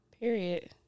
period